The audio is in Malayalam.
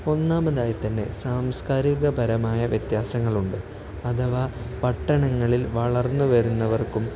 ഒന്നാമതായി തന്നെ സാംസ്കാരികപരമായ വ്യത്യാസങ്ങളുണ്ട് അഥവാ പട്ടണങ്ങളിൽ വളർന്നു വരുന്നവർക്കും